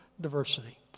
diversity